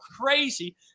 crazy